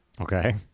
Okay